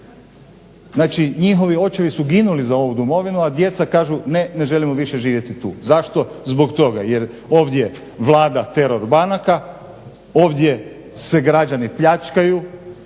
znači njihovi očevi su ginuli za ovu domovinu, a djeca kažu ne, ne želimo više živjeti tu. Zašto? Zbog toga jer ovdje vlada teror banaka, ovdje se građani pljačkaju,